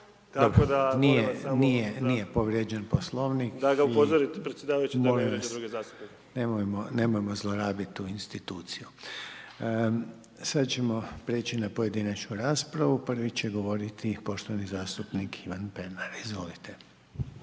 nije povrijeđen Poslovnik i molim vas nemojmo, nemojmo zlorabit tu instituciju. Sad ćemo preći na pojedinačnu raspravu, prvi će govoriti poštovani zastupnik Ivan Pernar, izvolite.